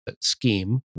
scheme